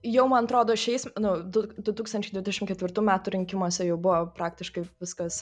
jau mantrodo šiais nu du du tūkstančiai dvidešim ketvirtų metų rinkimuose jau buvo praktiškai viskas